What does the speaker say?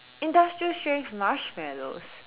industrial strength marshmallows